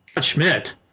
Schmidt